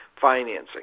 financing